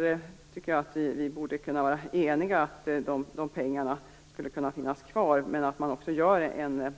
Jag tycker att vi borde kunna vara eniga om att dessa pengar skulle kunna finnas kvar men att man också gör en